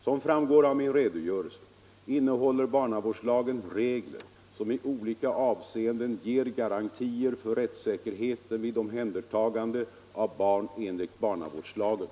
Som framgår av min redogörelse innehåller barnavårdslagen regler som i olika avseenden ger garantier för rättssäkerheten vid omhändertagande av barn enligt barnavårdslagen.